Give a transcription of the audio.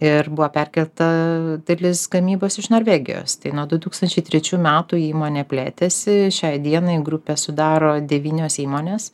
ir buvo perkelta dalis gamybos iš norvegijos tai nuo du tūkstančiai trečių metų įmonė plėtėsi šiai dienai grupę sudaro devynios įmonės